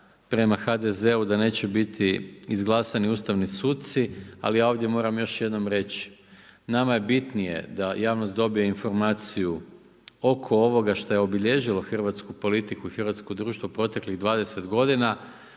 prema HDZ-u da neće biti izglasani ustavni suci. Ali ja ovdje moram još jednom reći, nama je bitnije da javnost dobije informaciju oko ovoga šta je obilježilo hrvatsku politiku i hrvatsko društvo proteklih 20 godina